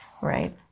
Right